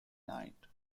night